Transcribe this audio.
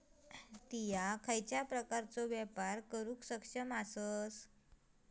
तु खयच्या प्रकारचो व्यापार करुक सक्षम आसस?